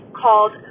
called